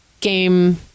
game